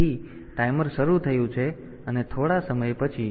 તેથી ટાઈમર શરૂ થયું છે અને થોડા સમય પછી